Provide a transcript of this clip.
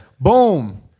boom